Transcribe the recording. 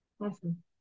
Awesome